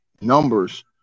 numbers